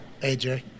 AJ